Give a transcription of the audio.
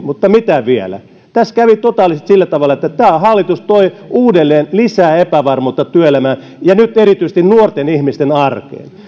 mutta mitä vielä tässä kävi totaalisesti sillä tavalla että tämä hallitus toi uudelleen lisää epävarmuutta työelämään ja nyt erityisesti nuorten ihmisten arkeen